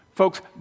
Folks